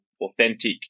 authentic